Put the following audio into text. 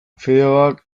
fideoak